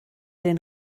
den